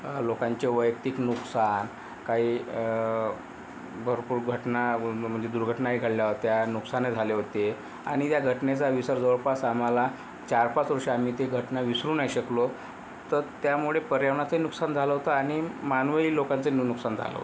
लोकांचे वैयक्तिक नुकसान काही भरपूर घटना म् नहणजे दुर्घटनाही घडल्या होत्या नुकसानही झाले होते आणि त्या घटनेचा विसर जवळपास आम्हाला चारपाच वर्ष आम्ही ती घटना विसरू नाही शकलो तर त्यामुळे पर्यावरणाचंही नुकसान झालं होतं आणि मानवीही लोकांचं नुकसान झालं होतं